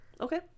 Okay